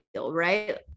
right